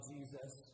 Jesus